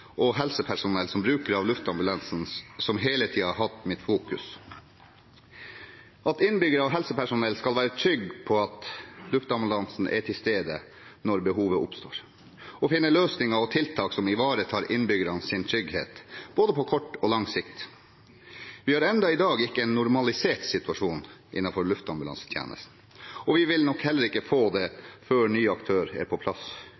skal være trygge på at luftambulansen er til stede når behovet oppstår, og at man finner løsninger og tiltak som ivaretar innbyggernes trygghet både på kort og lang sikt. Vi har i dag ennå ikke en normalisert situasjon i luftambulansetjenesten. Vi vil nok heller ikke få det før ny aktør er på plass